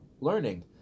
learning